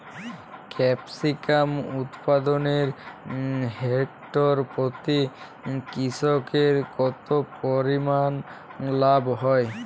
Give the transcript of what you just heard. Capsicum উৎপাদনে hectare প্রতি কৃষকের কত পরিমান লাভ হয়?